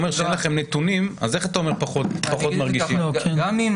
תאמרו מה דעתכם בעניין.